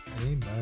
amen